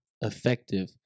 effective